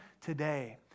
today